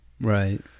Right